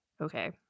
okay